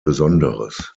besonderes